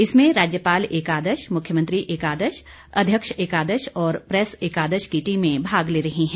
इसमें राज्यपाल एकादश मुख्यमंत्री एकादश अध्यक्ष एकादश और प्रेस एकादश की टीमें भाग ले रही हैं